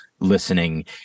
listening